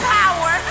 power